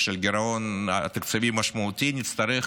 של גירעון תקציבי משמעותי, ונצטרך